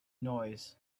noise